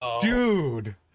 Dude